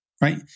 right